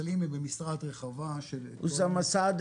שלושת הסלים האחידים שהם ברמות סיכון שונות בהתאם לתיאבון הסיכון